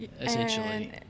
Essentially